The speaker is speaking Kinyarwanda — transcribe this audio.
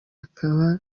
akaba